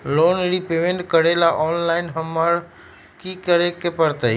Loan repayment करेला online हमरा की करे के परतई?